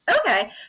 Okay